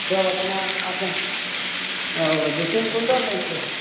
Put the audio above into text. सब अपना अपन ओ दुइ तीन क्विन्टल लैके हइ